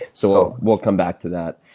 so, we'll come back to that.